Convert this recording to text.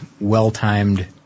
well-timed